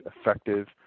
effective